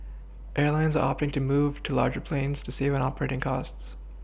Airlines are opting to move to larger planes to save an operating costs